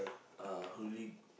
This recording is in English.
uh who really